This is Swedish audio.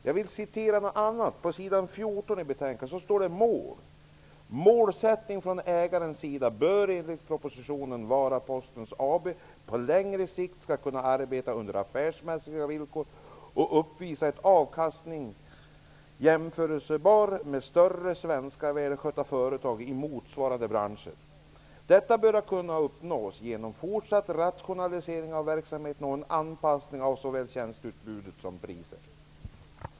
Jag vill citera vad utskottet skriver på s. 14 i betänkandet under rubriken Mål: ''Målsättningen från ägarens sida bör enligt propositionen vara att Posten AB på längre sikt skall kunna arbeta under affärsmässiga villkor och uppvisa en avkastning jämförbar med större svenska välskötta företag i motsvarande branscher. Detta bör kunna uppnås genom en fortsatt rationalisering av verksamheten och en anpassning av såväl tjänsteutbud som priser.''